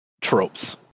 tropes